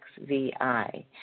XVI